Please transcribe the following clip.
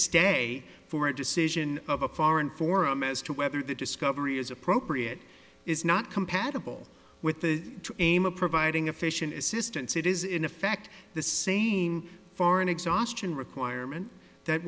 stay for a decision of a foreign forum as to whether the discovery is appropriate is not compatible with the aim of providing efficient assistance it is in effect the same foreign exhaustion requirement that